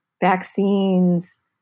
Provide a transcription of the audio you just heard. vaccines